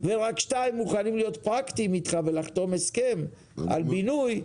ורק 2 מוכנים להיות פרקטיים איתך ולחתום הסכם על בינוי,